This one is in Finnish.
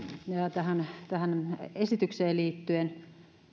tähän tähän esitykseen liittyen